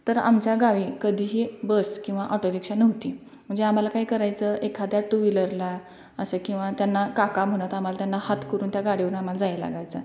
तर आमच्या गावी कधीही बस किंवा ऑटोरिक्षा नव्हती म्हणजे आम्हाला काय करायचं एखाद्या टू व्हीलरला असं किंवा त्यांना काका म्हणत आम्हाला त्यांना हात करून त्या गाडीवुन आम्हाला जाय लागायचं